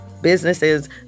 businesses